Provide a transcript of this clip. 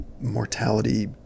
mortality